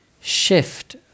shift